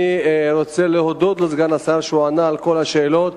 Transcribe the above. אני רוצה להודות לסגן השר שענה על כל השאלות.